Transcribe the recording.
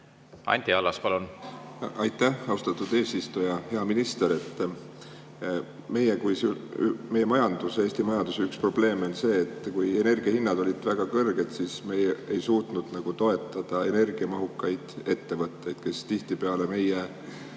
Anti Allas, palun! Aitäh, austatud eesistuja! Hea minister! Meie majanduse, Eesti majanduse üks probleeme on see, et kui energia hinnad olid väga kõrged, siis me ei suutnud toetada energiamahukaid ettevõtteid, kes tihtipeale meie